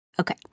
Okay